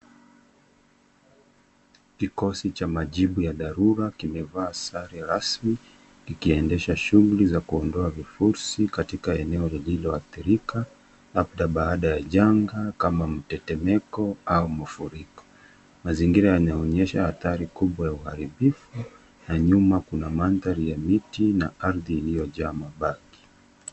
Kikosi cha majibu ya dharura kimevaa sare rasmi kikiendesha shuguli za kuondoa vifusi katika eneo lililoathiriaka labda baad ya janga kama mtetemeko au mafuriko. Mazingira yanaonyesha athari kubwa ya uharibifu na nyuma kuna mandhrai ya miti na ardhi iliyojaa mabaki.